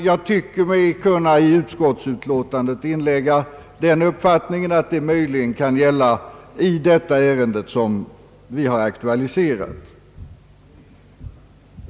Jag tycker mig i utskottsutlåtandet kunna inlägga den uppfattningen att detta möjligen kan gälla i det ärende som aktualiserats.